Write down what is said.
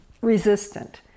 resistant